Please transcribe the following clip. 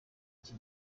iki